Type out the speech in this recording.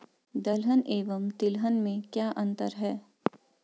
दलहन एवं तिलहन में क्या अंतर है?